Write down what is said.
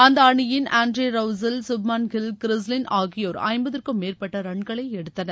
அந்த அணியின் Andre Russell Shubman Gill Chris Lynn ஆகியோர் ஐம்பதுக்கும் மேற்பட்ட ரன்களை எடுத்தனர்